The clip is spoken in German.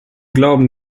glauben